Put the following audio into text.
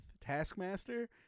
Taskmaster